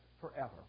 forever